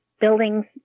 buildings